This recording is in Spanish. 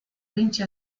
vinci